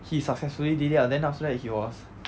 he successfully did it ah then after that he was